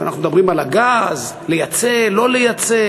אנחנו מדברים על הגז, לייצא, לא לייצא.